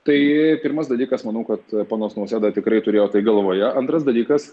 tai pirmas dalykas manau kad ponas nausėda tikrai turėjo tai galvoje antras dalykas